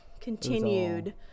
continued